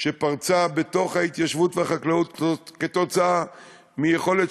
שפרצה בתוך ההתיישבות והחקלאות כתוצאה מיכולת,